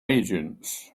agents